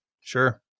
Sure